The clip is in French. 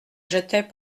jetait